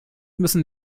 müssen